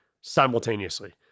simultaneously